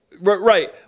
Right